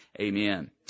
Amen